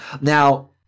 Now